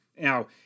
Now